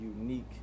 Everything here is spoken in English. unique